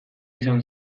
izan